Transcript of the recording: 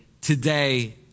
today